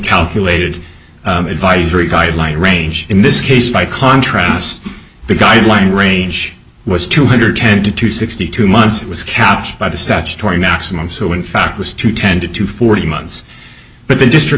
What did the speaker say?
calculated advisory guideline range in this case by contrast the guidelines range was two hundred ten to two sixty two months it was kept by the statutory maximum so in fact was to tended to forty months but the district